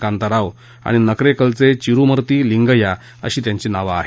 कांता राव आणि नक्रेकलचे चिरुमर्ती लिंगय्या अशी त्यांची नावं आहेत